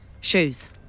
shoes